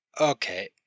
Okay